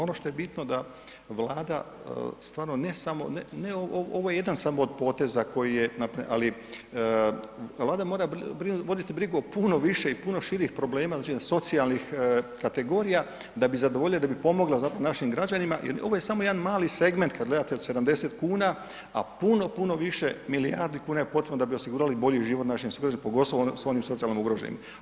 Ono što je bitno da .../nerazumljivo/... stvarno ne samo, ne, ovo je jedan samo od poteza koji je, ali, Vlada mora voditi brigu o puno više i puno širih problema .../nerazumljivo/... socijalnih kategorija, da bi zadovoljila, da bi pomogla našim građanima, jer ovo je samo jedan mali segment, kad gledate od 70 kuna, a puno, puno više milijardi kuna je potrebno da bi osigurali bolji život našim sugrađanima, pogotovo onim socijalno ugroženima.